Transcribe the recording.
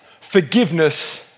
forgiveness